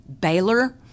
Baylor